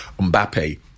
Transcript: Mbappe